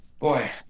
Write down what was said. Boy